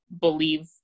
believe